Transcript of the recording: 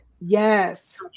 Yes